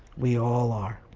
we all are.